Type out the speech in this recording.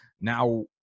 now